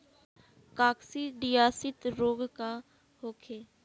काकसिडियासित रोग का होखे?